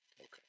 Okay